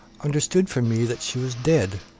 understood from me that she was dead,